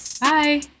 bye